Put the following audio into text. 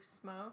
smoke